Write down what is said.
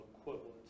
equivalent